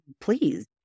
Please